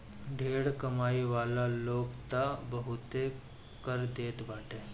ढेर कमाए वाला लोग तअ बहुते कर देत बाटे